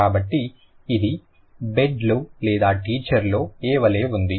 కాబట్టి ఇది బెడ్ లో లేదా టీచర్ లో ఏ వలే ఉంది